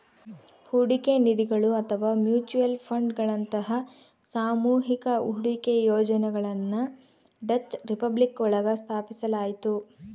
ಹೂಡಿಕೆ ನಿಧಿಗಳು ಅಥವಾ ಮ್ಯೂಚುಯಲ್ ಫಂಡ್ಗಳಂತಹ ಸಾಮೂಹಿಕ ಹೂಡಿಕೆ ಯೋಜನೆಗಳನ್ನ ಡಚ್ ರಿಪಬ್ಲಿಕ್ ಒಳಗ ಸ್ಥಾಪಿಸಲಾಯ್ತು